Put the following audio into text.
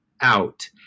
out